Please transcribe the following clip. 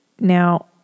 Now